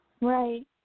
Right